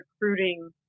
recruiting